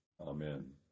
Amen